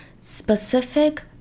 specific